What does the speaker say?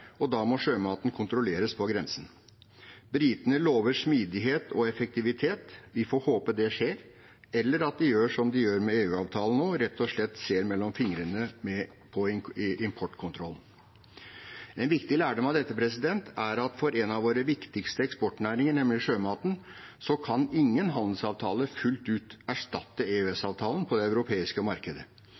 og da må sjømaten kontrolleres på grensen. Britene lover smidighet og effektivitet. Vi får håpe det skjer, eller at de gjør som de gjør med EU-avtalen – rett og slett ser mellom fingrene med importkontrollen. En viktig lærdom av dette er at for en av våre viktigste eksportnæringer, nemlig sjømaten, kan ingen handelsavtale fullt ut erstatte EØS-avtalen på det europeiske markedet